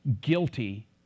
guilty